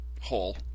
hole